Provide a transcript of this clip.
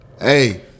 Hey